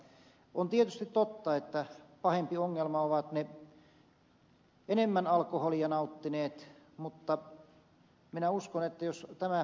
on tietysti totta että pahempi ongelma ovat ne enemmän alkoholia nauttineet mutta minä uskon että jos tämä ed